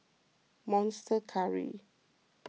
Monster Curry